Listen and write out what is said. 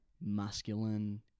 masculine